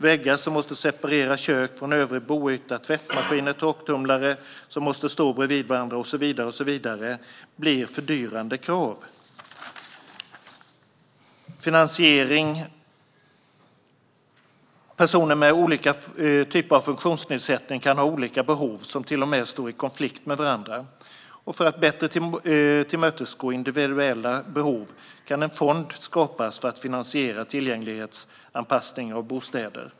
Väggar som måste separera kök från övrig boyta, tvättmaskiner och torktumlare som måste stå bredvid varandra och så vidare blir fördyrande krav. Personer med olika typer av funktionsnedsättning kan ha olika behov som till och med står i konflikt med varandra, och för att bättre tillmötesgå individuella behov kan en fond skapas för att finansiera tillgänglighetsanpassning av bostäder.